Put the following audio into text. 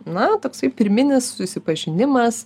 na toksai pirminis susipažinimas